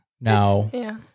Now-